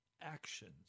actions